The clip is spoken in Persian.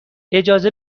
اجازه